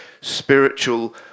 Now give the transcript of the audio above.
spiritual